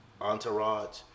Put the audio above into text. entourage